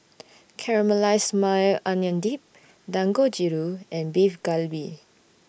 Caramelized Maui Onion Dip Dangojiru and Beef Galbi